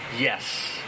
Yes